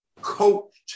coached